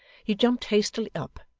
he jumped hastily up,